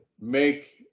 make